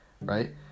Right